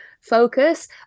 focus